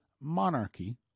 monarchy